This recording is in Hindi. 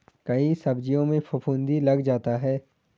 कई सब्जियों में फफूंदी लग जाता है